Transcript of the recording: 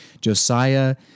Josiah